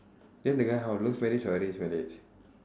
then the guy how love marriage or arranged marriage